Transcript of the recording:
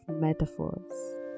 metaphors